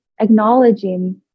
acknowledging